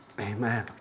Amen